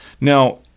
Now